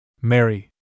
Mary